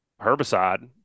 herbicide